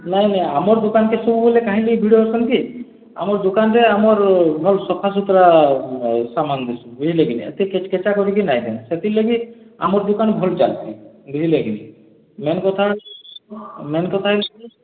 ନାଇଁ ନାଇଁ ଆମର୍ ଦୁକାନ୍କେ ସବୁବେଳେ କାହିଁକି ଭିଡ଼ ହଉଛନ୍ କି ଆମର୍ ଦୁକାନ୍ରେ ଆମର୍ ଭଲ୍ ସଫାସୁତରା ସାମାନ୍ ମିଲ୍ସି ବୁଝିଲେ କି ନାଇଁ ଅତି କେଚ୍କେଚା କରି କି ନାଇଁ ଦିଏଁ ସେଥିର୍ଲାଗି ଆମ ଦୁକାନ୍ ଭଲ୍ ଚାଲ୍ଛି ବୁଝିଲେ କି ମେନ୍ କଥା ହେଉଛି କ'ଣ ମେନ୍ କଥା ହେଉଛି